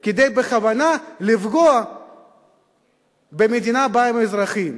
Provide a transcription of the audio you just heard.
כדי לפגוע בכוונה במדינה שבה הם אזרחים.